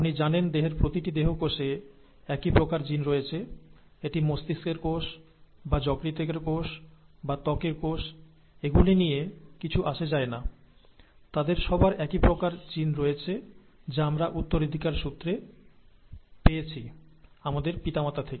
আপনি জানেন দেহের প্রতিটি দেহকোষে একই প্রকার জিন রয়েছে এটি মস্তিষ্কের কোষ বা যকৃতের কোষ বা ত্বকের কোষ এগুলি নিয়ে কিছু আসে যায় না তাদের সবার একই প্রকার জিন রয়েছে যা আমরা উত্তরাধিকার সূত্রে পেয়েছি আমাদের পিতামাতা থেকে